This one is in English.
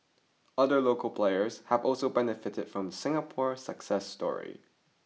other local players have also benefited from Singapore success story